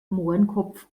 mohrenkopf